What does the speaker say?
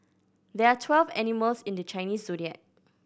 there are twelve animals in the Chinese Zodiac